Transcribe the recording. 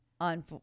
on